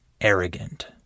arrogant